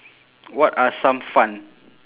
what are some fun